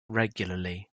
regularly